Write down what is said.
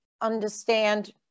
understand